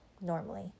normally